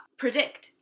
predict